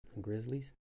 Grizzlies